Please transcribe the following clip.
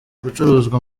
gucuruzwa